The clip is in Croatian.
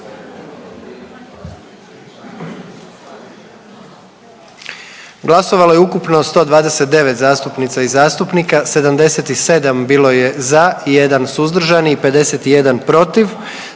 Glasovalo je 127 zastupnica i zastupnika, 77 je za, 29 suzdržanih, 21 protiv